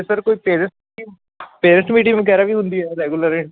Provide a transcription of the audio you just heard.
sir ਕੋਈ parents ਦੀ parents meeting ਵਗੈਰਾ ਵੀ ਹੁੰਦੀ ਹੈ ਰੈਗੂਲਰ